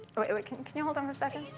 wait, wait, can can you hold on for a second?